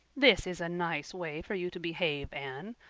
this is a nice way for you to behave. anne!